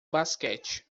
basquete